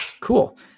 Cool